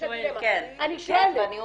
אני שואלת.